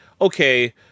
okay